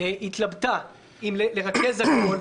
התלבטה אם לרכז הכול,